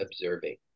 observing